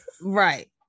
right